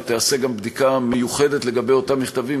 ותיעשה גם בדיקה מיוחדת לגבי אותם מכתבים,